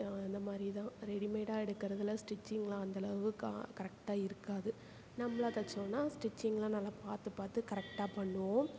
அந்த மாதிரி தான் ரெடிமேடாக எடுக்கிறதுல ஸ்டிச்சிங்லாம் அந்தளவுக்கு க கரெக்டாக இருக்காது நம்மளாக தைச்சோம்னா ஸ்டிச்சிங்லாம் நல்லா பார்த்து பார்த்துக் கரெக்டாக பண்ணுவோம்